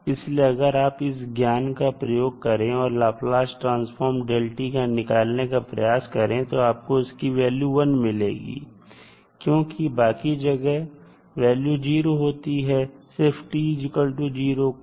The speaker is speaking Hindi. इसलिए अगर आप इस ज्ञान का प्रयोग करें और लाप्लास ट्रांसफार्म का निकालने का प्रयास करें तो आपको इसकी वैल्यू 1 मिलेगी क्योंकि बाकी जगह वैल्यू 0 होती है सिर्फ t0 को छोड़ कर